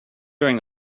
during